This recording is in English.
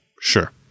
Sure